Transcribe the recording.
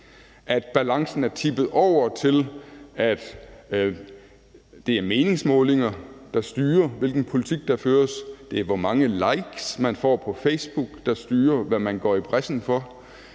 at balancen er tippet over til, at det er meningsmålinger, der styrer, hvilken politik der føres; det er, hvor mange likes man får på Facebook, der styrer, hvad man går i brechen for,